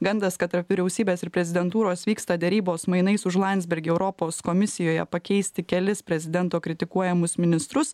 gandas kad tarp vyriausybės ir prezidentūros vyksta derybos mainais už landsbergį europos komisijoje pakeisti kelis prezidento kritikuojamus ministrus